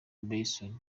belson